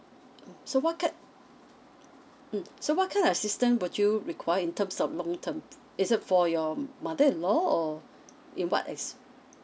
so what kin~ mm so what kind of system would you require in terms of long term it's a for your mother in law or in what asp~